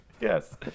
Yes